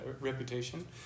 reputation